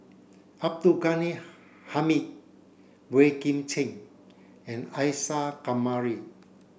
Abdul Ghani Hamid Boey Kim Cheng and Isa Kamari